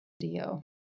video